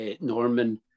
Norman